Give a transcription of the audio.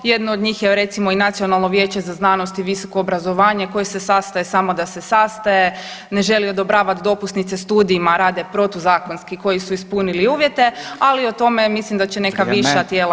Jedno od njih je recimo i Nacionalno vijeće za znanost i visoko obrazovanje koje se sastaje samo da se sastaje, ne želi odobravati dopusnice studijima, a rade protuzakonski koji su ispunili uvjete, ali o tome mislim da će neka viša tijela